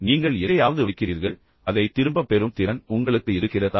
நீங்கள் எதையாவது வைக்கிறீர்கள் அதை திரும்பப் பெறும் திறன் உங்களுக்கு இருக்கிறதா